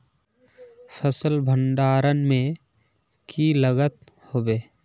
फसल भण्डारण में की लगत होबे?